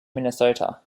minnesota